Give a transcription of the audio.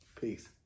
Peace